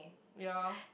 ya